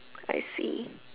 I see